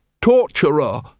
torturer